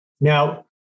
Now